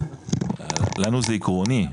לנו זה עקרוני,